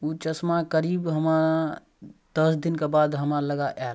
ओ चश्मा करीब हमरा दस दिनके बाद हमरा लग आयल